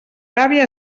gàbia